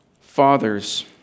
fathers